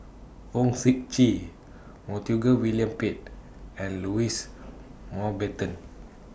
Fong Sip Chee Montague William Pett and Louis Mountbatten